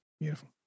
Beautiful